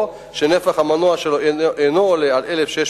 או שנפח המנוע שלו אינו עולה על 1,600